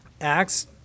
Acts